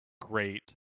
great